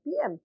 PM